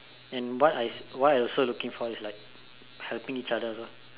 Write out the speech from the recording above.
and what I what I also looking for is like helping each other also